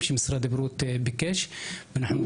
ואחר כך נעבור לנושא של הנגב.